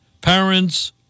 parents